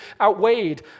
outweighed